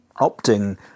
opting